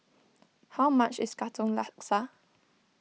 how much is Katong Laksa